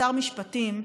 כשר משפטים,